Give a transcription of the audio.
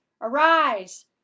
arise